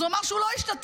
אז הוא אמר שהוא לא השתתף.